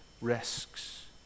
risks